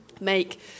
make